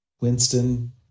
Winston